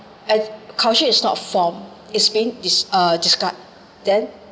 ed~ culture is not formed it's being dis~ uh discard then